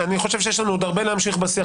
חושב שיש לנו עוד הרבה להמשיך בשיח,